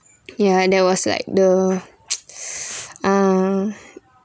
ya there was like the ah